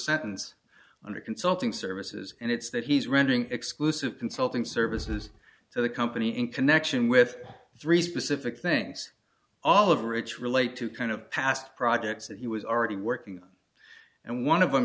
sentence under consulting services and it's that he's rendering exclusive consulting services to the company in connection with three specific things all of the rich relate to kind of past projects that he was already working and one of them